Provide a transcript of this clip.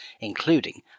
including